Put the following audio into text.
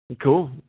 Cool